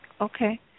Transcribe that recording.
Okay